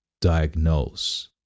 diagnose